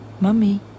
Mummy